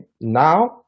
now